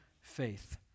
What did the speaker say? faith